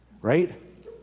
right